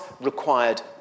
required